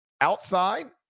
outside